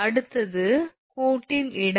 அடுத்தது கோட்டின் இடம்